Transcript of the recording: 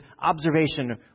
observation